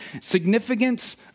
Significance